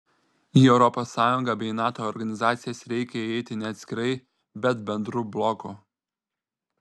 į europos sąjungą bei nato organizacijas reikia įeiti ne atskirai bet bendru bloku